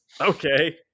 Okay